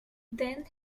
then